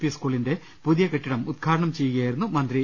P സ്കൂളിന്റെ പുതിയ കെട്ടിടം ഉദ്ഘാടനം ചെയ്യുകയായിരുന്നു അദ്ദേ ഹം